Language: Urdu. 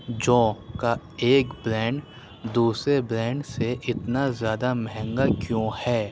جوں کا ایک برینڈ دوسرے برینڈ سے اتنا زیادہ مہنگا کیوں ہے